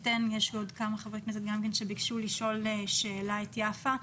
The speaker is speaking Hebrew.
חברי כנסת שביקשו לשאול את יפה מספר שאלות.